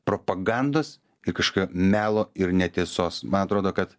propagandos ir kažkokio melo ir netiesos man atrodo kad